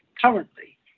Currently